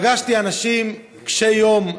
פגשתי אנשים קשי יום,